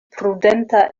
prudenta